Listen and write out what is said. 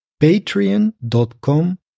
patreon.com